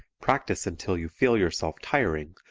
practice until you feel yourself tiring,